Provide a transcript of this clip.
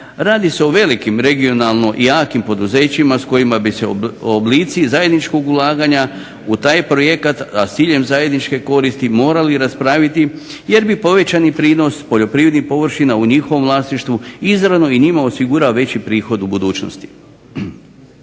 radi se o velikim regionalno jakim poduzećima s kojima bi se oblici zajedničkog ulaganja u taj projekat, a s ciljem zajedničke koristi morali raspraviti jer bi povećani prinos poljoprivrednih površina u njihovom vlasništvu izravno i njima osigurala veći prihod u budućnosti.